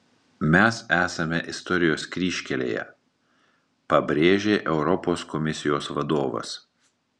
mes esame istorijos kryžkelėje pabrėžė europos komisijos vadovas